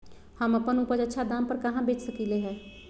हम अपन उपज अच्छा दाम पर कहाँ बेच सकीले ह?